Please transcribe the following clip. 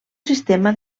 sistema